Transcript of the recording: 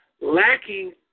lacking